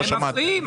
רוויזיה.